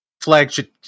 flagship